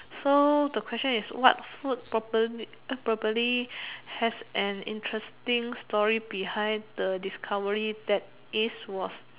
so the question is what food probably probably has an interesting story behind the discovery that is was